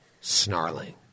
snarling